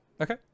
Okay